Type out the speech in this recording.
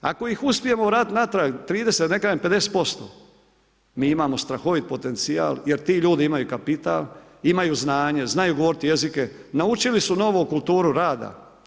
Ako ih uspijemo vratiti natrag 30 da ne kažem 50%, mi imamo strahovit potencijal jer ti ljudi imaju kapital, imaju znanje, znaju govoriti jezike, naučili su novu kulturu rada.